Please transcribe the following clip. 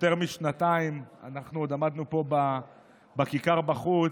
יותר משנתיים, אנחנו עוד עמדנו פה, בכיכר, בחוץ,